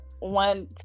one